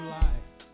life